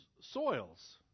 soils